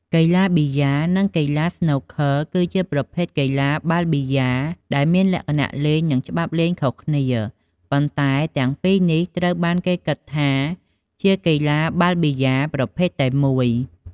កីឡាប៊ីយ៉ា និង កីឡាស្នូកឃឺ គឺជាប្រភេទកីឡាបាល់ប៊ីយ៉ាល ដែលមានលក្ខណៈលេង និងច្បាប់លេងខុសគ្នា ប៉ុន្តែទាំងពីរនេះត្រូវបានគេគិតថាជាកីឡាបាល់ប៊ីយ៉ាលប្រភេទតែមួយ។